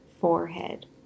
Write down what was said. forehead